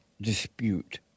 dispute